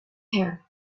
her